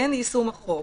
אין יישום החוק,